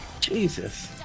Jesus